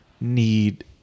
need